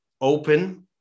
open